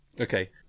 Okay